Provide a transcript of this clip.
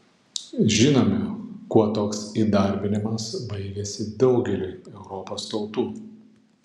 žinome kuo toks įdarbinimas baigėsi daugeliui europos tautų